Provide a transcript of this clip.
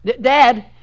Dad